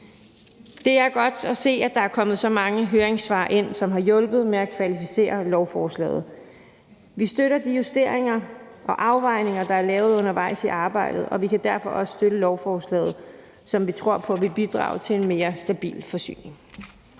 Det er godt at se, at der er kommet så mange høringssvar ind, som har hjulpet med at kvalificere lovforslaget. Vi støtter de justeringer og afvejninger, der er lavet undervejs i arbejdet, og vi kan derfor også støtte lovforslaget, som vi tror på vil bidrage til en mere stabil forsyning.